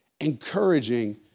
encouraging